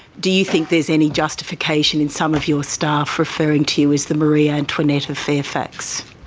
do you think there is any justification in some of your staff referring to you as the marie antoinette of fairfax?